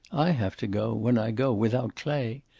i have to go, when i go, without clay.